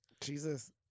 Jesus